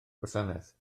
gwasanaeth